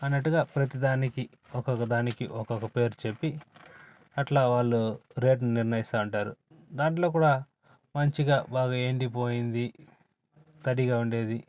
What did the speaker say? అన్నట్టుగా ప్రతి దానికి ఒక్కొక్క దానికి ఒక్కొక్క పేరు చెప్పి అలా వాళ్ళు రేట్లు నిర్ణయిస్తూ ఉంటారు దాంట్లో కూడా మంచిగా బాగా ఎండిపోయింది తడిగా ఉండేది